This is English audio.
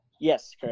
yes